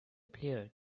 player